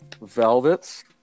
Velvets